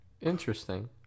Interesting